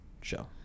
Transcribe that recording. show